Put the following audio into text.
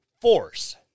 force